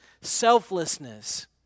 selflessness